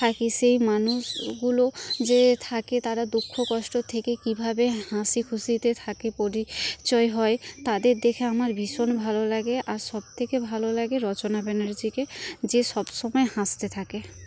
থাকি সেই মানুষগুলো যে থাকে তারা দুঃখ কষ্ট থেকে কীভাবে হাসি খুশিতে থাকে পরিচয় হয় তাদের দেখে আমার ভীষণ ভালো লাগে আর সব থেকে ভালো লাগে রচনা ব্যানার্জিকে যে সবসময় হাসতে থাকে